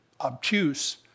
Obtuse